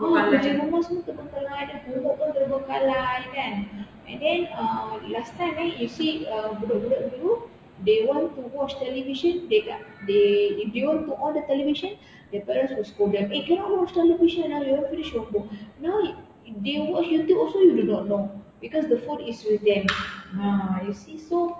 ah kerja rumah semua terbengkalai then homework pun terbengkalai kan and then uh last time eh you see uh budak-budak dulu they want to watch the television they they if they want to on the television their parents will scold them eh cannot watch television ah you haven't finish your homework now they watch youtube also you do not know because the phone is with them ah you see so